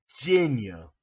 Virginia